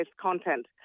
content